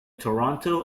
toronto